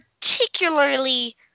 particularly